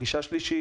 פגישה שלישית,